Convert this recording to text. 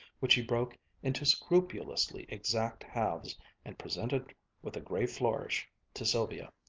which he broke into scrupulously exact halves and presented with a grave flourish to sylvia.